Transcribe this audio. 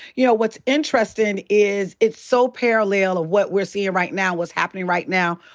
yeah, what's interestin' is it's so parallel of what we're seein' right now, what's happening right now.